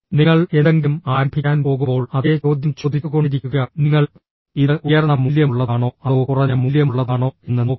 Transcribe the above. നിങ്ങൾ എന്തെങ്കിലും ആരംഭിക്കാൻ പോകുമ്പോൾ അതേ ചോദ്യം ചോദിച്ചുകൊണ്ടിരിക്കുക നിങ്ങൾ ഇത് ഉയർന്ന മൂല്യമുള്ളതാണോ അതോ കുറഞ്ഞ മൂല്യമുള്ളതാണോ എന്ന് നോക്കുക